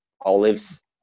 olives